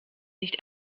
nicht